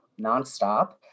nonstop